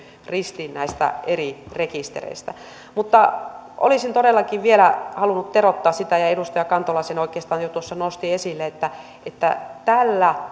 ristiin näistä eri rekistereistä mutta olisin todellakin vielä halunnut teroittaa sitä ja edustaja kantola sen oikeastaan jo tuossa nosti esille että että tällä